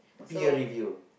peer review